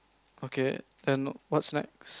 okay and what's next